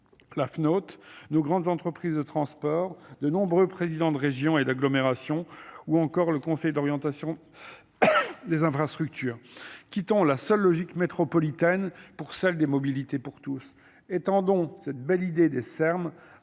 la note nos grandes entreprises de transport de nombreux présidents de région et d'agglomération ou encore le conseil d'orientation des infrastructures quittons la seule logique métropolitaine pour celle des mobilités pour tous étendons cette belle idée des Cer